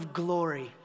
glory